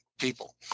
people